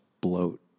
bloat